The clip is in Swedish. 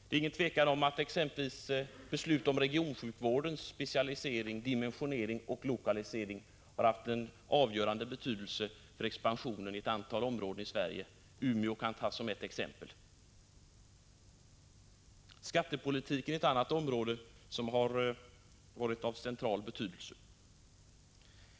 Det är inget tvivel om att exempelvis beslut om regionsjukvårdens specialisering, dimensionering och lokalisering haft en avgörande betydelse för expansionen i ett antal områden i Sverige. Umeå kan tas som ett exempel. Skattepolitiken är ett annat område som varit av central betydelse.